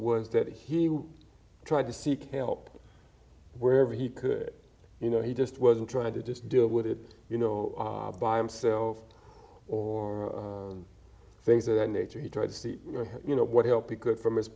was that he would try to seek help wherever he could you know he just wasn't trying to just deal with it you know by himself or things of that nature he tried to see you know what help from his